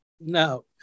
no